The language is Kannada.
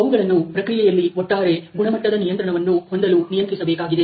ಅವುಗಳನ್ನು ಪ್ರಕ್ರಿಯೆಯಲ್ಲಿ ಒಟ್ಟಾರೆ ಗುಣಮಟ್ಟದ ನಿಯಂತ್ರಣವನ್ನು ಹೊಂದಲು ನಿಯಂತ್ರಿಸಬೇಕಾಗಿದೆ